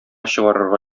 чыгарырга